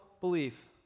belief